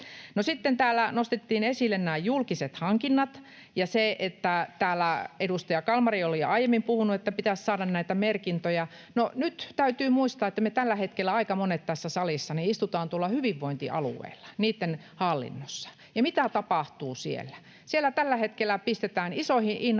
sitten täällä nostettiin esille nämä julkiset hankinnat ja se, mistä täällä edustaja Kalmari oli aiemmin puhunut, että pitäisi saada näitä merkintöjä. No, nyt täytyy muistaa, että tällä hetkellä aika monet meistä tässä salissa istutaan tuolla hyvinvointialueilla, niitten hallinnossa. Ja mitä tapahtuu siellä? Siellä tällä hetkellä pistetään isoihin in-houseihin